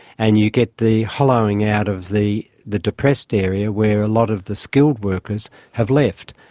and you get the hollowing out of the the depressed area where a lot of the skilled workers have left,